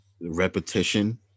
repetition